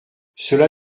cela